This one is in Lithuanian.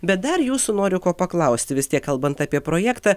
bet dar jūsų noriu ko paklausti vis tiek kalbant apie projektą